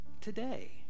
today